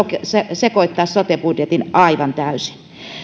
sekoittaa sote budjetin aivan täysin